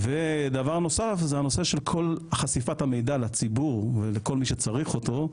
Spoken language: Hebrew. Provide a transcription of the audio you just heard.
ודבר נוסף זה הנושא של כל חשיפת המידע לציבור ולכל מי שצריך אותו,